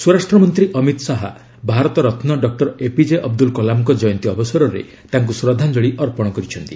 ସ୍ୱରାଷ୍ଟ୍ରମନ୍ତ୍ରୀ Amit Shah Bharat Ratna doctor APJ Abdul କଲାମଙ୍କ ଜୟନ୍ତୀ ଅବସରରେ ତାଙ୍କୁ ଶ୍ରଦ୍ଧାଞ୍ଜଳି ଅର୍ପଣ କରିଛନ୍ତି